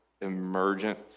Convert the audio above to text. emergent